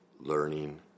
learning